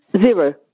Zero